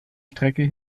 strecke